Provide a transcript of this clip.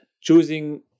choosing